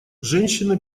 женщины